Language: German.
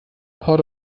port